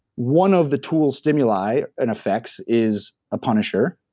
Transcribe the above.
one of the tool stimuli in effects is a punisher,